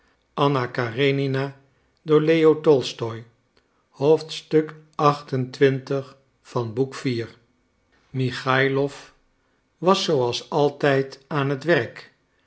michailof was zoo als altijd aan het werk